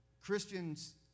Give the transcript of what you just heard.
Christians